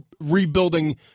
rebuilding